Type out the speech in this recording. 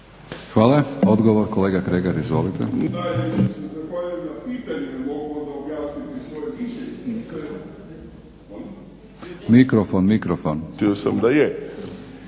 Hvala. Odgovor, kolega Kregar izvolite. **Kregar, Josip